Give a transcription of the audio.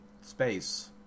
space